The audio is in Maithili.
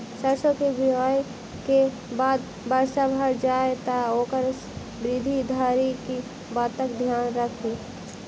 सैरसो केँ बुआई केँ बाद वर्षा भऽ जाय तऽ ओकर वृद्धि धरि की बातक ध्यान राखि?